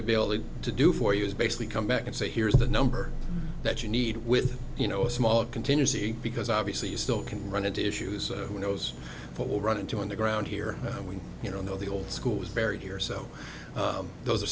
able to do for you is basically come back and say here's the number that you need with you know a small contingency because obviously you still can run into issues who knows what will run into on the ground here we you know the old school is buried here so those are